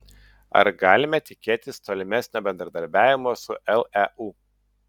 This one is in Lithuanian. ar galime tikėtis tolimesnio bendradarbiavimo su leu